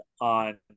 on